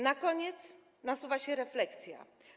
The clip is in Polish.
Na koniec nasuwa się refleksja.